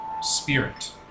spirit